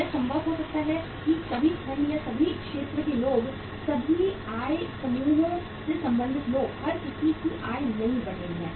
यह संभव हो सकता है कि सभी खंड या सभी श्रेणी के लोग सभी आय सभी आय समूहों से संबंधित लोग हर किसी की आय नहीं बढ़ रही है